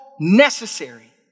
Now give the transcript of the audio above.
necessary